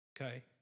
Okay